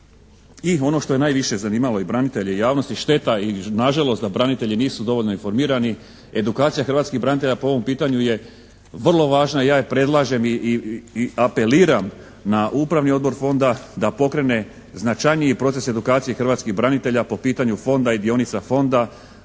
I ono što je najviše zanimalo i branitelje i javnost i šteta i nažalost da branitelji nisu dovoljno informirani, edukacija hrvatskih branitelja po ovom pitanju je vrlo važna, ja je predlažem i apeliram na upravni odbor Fonda da pokrene značajniji proces edukacije hrvatskih branitelja po pitanju Fonda i dionica Fonda.